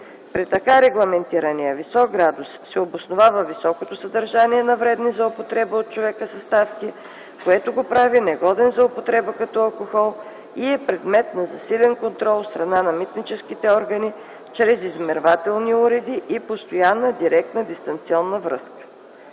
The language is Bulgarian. При така регламентирания висок градус се обосновава високото съдържание на вредни за употреба от човека съставки, което го прави негоден за употреба като алкохол и е предмет на засилен контрол от страна на митническите органи чрез измервателни уреди и постоянна и директна дистанционна връзка.